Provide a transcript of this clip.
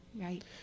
right